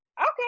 okay